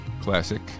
Classic